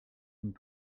une